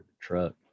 truck